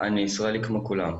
אני ישראלי כמו כולם.